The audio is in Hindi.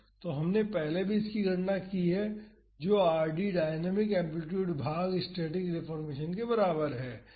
तो हमने इसकी गणना पहले भी की है तो यह Rd डायनामिक एम्पलीटूड भाग स्टैटिक डेफोर्मेशन के बराबर है